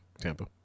tampa